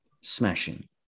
smashing